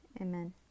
Amen